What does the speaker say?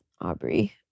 Aubrey